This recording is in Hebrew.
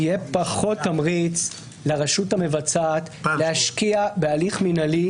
יהיה פחות תמריץ לרשות המבצעת להשקיע בהליך מינהלי,